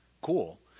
cool